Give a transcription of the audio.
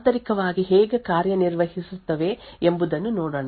ಆದ್ದರಿಂದ ಈ ವಿಷಯಗಳು ಆಂತರಿಕವಾಗಿ ಹೇಗೆ ಕಾರ್ಯನಿರ್ವಹಿಸುತ್ತವೆ ಎಂಬುದನ್ನು ನೋಡೋಣ